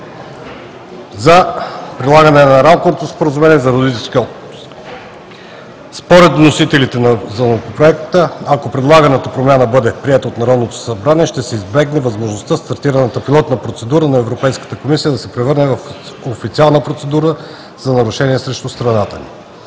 за прилагане на Рамковото споразумение за родителския отпуск. Според вносителите на Законопроекта, ако предлаганата промяна бъде приета от Народното събрание, ще се избегне възможността стартираната пилотна процедура на Европейската комисия да се превърне в официална процедура за нарушение срещу страната